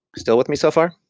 still with me so far?